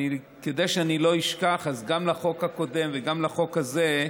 כדי שאני לא אשכח, אז גם לחוק הקודם וגם לחוק הזה,